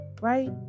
right